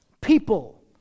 people